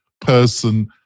person